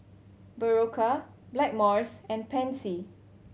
Berocca Blackmores and Pansy